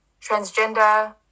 transgender